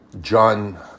John